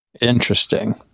Interesting